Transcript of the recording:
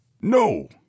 No